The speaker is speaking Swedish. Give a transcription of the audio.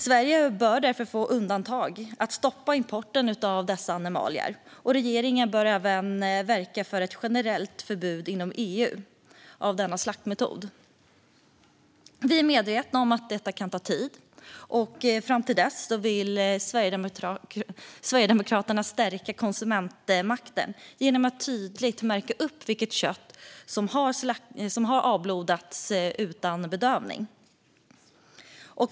Sverige bör därför få undantag för att stoppa import av dessa animalier. Regeringen bör även verka för ett generellt förbud inom EU mot denna slaktmetod. Vi är medvetna om att detta kan ta tid. Fram till dess vill vi i Sverigedemokraterna stärka konsumentmakten genom att kött från djur som har avblodats utan bedövning tydligt märks.